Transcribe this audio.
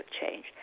change